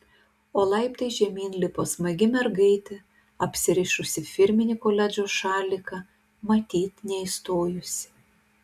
o laiptais žemyn lipo smagi mergaitė apsirišusi firminį koledžo šaliką matyt neįstojusi